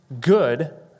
good